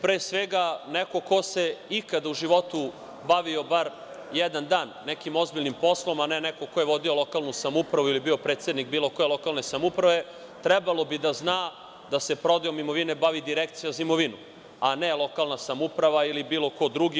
Pre svega, neko ko se ikada u životu bavio bar jedan dan nekim ozbiljnim poslom, a ne neko ko je vodio lokalnu samoupravu ili bio predsednik bilo koje lokalne samouprave, trebalo bi da zna da se prodajom imovine bavi Direkcija za imovinu, a ne lokalna samouprava ili bilo ko drugi.